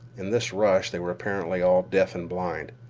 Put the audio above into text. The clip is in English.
in this rush they were apparently all deaf and blind.